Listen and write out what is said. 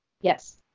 Yes